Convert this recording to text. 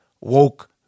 woke